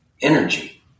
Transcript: Energy